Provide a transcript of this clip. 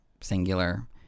singular